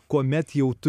kuomet jau tu